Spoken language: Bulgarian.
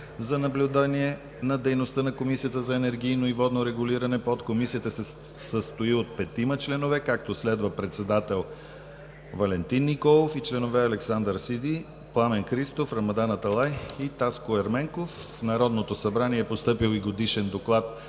В Народното събрание е постъпил и Годишен доклад